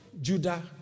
judah